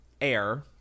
air